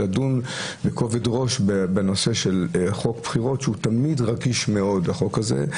לדון בכובד ראש בנושא של חוק בחירות שהוא תמיד רגיש מאוד החוק הזה.